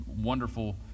wonderful